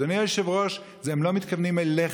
אדוני היושב-ראש, הם לא מתכוונים אליך,